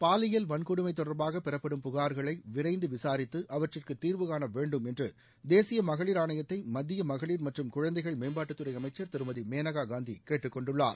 பாலியல் வன்கொடுமை தொடர்பாக பெறப்படும் புகார்களை விரைந்து விசாரித்து அவற்றுக்கு தீர்வு வேண்டும் என்று தேசிய மகளிர் ஆணையத்தை மத்திய மகளிர் மற்றும் குழந்தைகள் காண மேம்பாட்டுத்துறை அமைச்சர் திருமதி மேனகா காந்தி கேட்டுக்கொண்டுள்ளார்